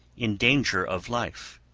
in danger of life,